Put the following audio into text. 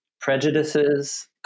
prejudices